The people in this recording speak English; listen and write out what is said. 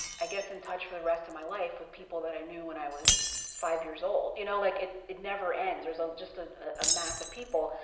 i guess, in touch for the rest of my life with people that i knew when i was five years old, you know like it it never ends. there's ah just ah a mass of people,